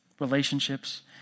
relationships